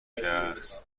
شخص